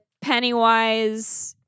Pennywise